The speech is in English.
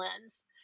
lens